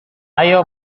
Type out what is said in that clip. ayo